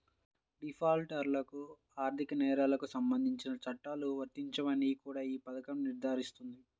డిఫాల్టర్లకు ఆర్థిక నేరాలకు సంబంధించిన చట్టాలు వర్తించవని కూడా ఈ పథకం నిర్ధారిస్తుంది